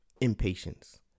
Impatience